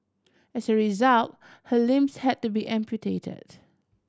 as a result her limbs had to be amputated